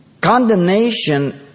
Condemnation